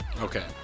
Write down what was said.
Okay